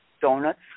donuts